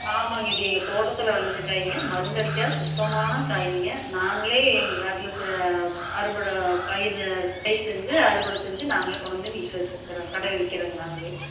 ஆமாங்க இது எங்கள் தோட்டத்தில் விளைஞ்ச காய்ங்க மருந்து அடிக்காத சுத்தமான காய்ங்க நாங்களே எங்கள் காட்டில் செ அறுவடை பயிர் பயிர் செஞ்சு அறுவடை செஞ்சு நாங்களே கொண்டு வந்து வீட்டில் வச்சுருக்குறோம் கடையில் விற்கிறோங்க நாங்களே